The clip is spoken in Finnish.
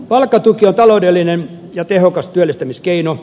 palkkatuki on taloudellinen ja tehokas työllistämiskeino